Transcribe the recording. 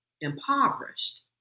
impoverished